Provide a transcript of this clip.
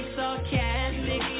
sarcastic